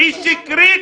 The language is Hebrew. והיא שקרית